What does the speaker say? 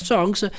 Songs